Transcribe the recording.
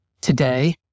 Today